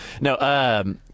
No